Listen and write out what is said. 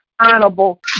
Honorable